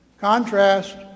Contrast